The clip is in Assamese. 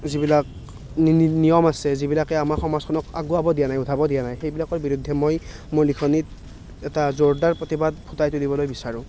যিবিলাক নিয়ম আছে যিবিলাকে আমাৰ সমাজখনক আগুৱাব দিয়া নাই উঠাব দিয়া নাই সেইবিলাকৰ বিৰুদ্ধে মই মোৰ লিখনিত এটা জোৰদাৰ প্ৰতিবাদ ফুটাই তুলিব বিচাৰোঁ